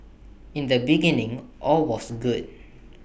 in the beginning all was good